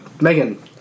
Megan